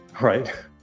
right